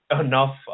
enough